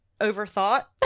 overthought